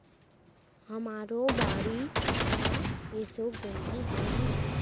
हमरो बाड़ी म एसो गोंदली बोए हन